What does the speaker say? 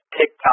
TikTok